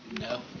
No